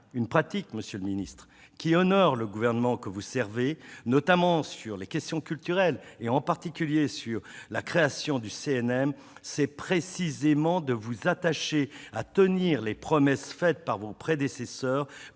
une pratique, monsieur le ministre, qui honore le gouvernement que vous servez, notamment sur les questions culturelles, et s'agissant en particulier de la création du CNM, c'est précisément que vous vous attachez à tenir les promesses de vos prédécesseurs